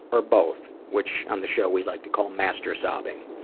or both, which on the show, we like to call mastur-sobbing.